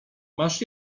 masz